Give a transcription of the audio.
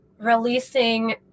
releasing